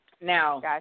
Now